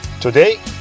Today